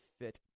fit